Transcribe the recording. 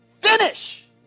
finish